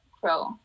Crow